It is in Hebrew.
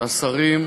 השרים,